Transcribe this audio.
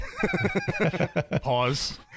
Pause